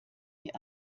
die